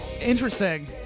interesting